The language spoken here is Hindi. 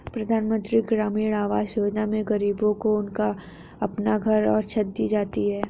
प्रधानमंत्री ग्रामीण आवास योजना में गरीबों को उनका अपना घर और छत दी जाती है